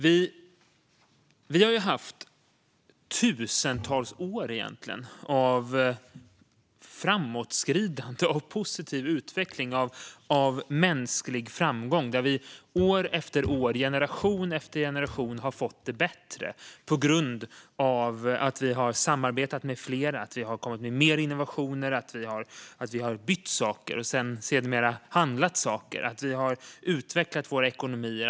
Vi har haft tusentals år, faktiskt, av framåtskridande, positiv utveckling och mänsklig framgång. År efter år och generation efter generation har vi fått det bättre på grund av att vi har samarbetat med fler. Vi har kommit med mer innovationer, bytt saker och, sedermera, handlat saker. Vi har utvecklat våra ekonomier.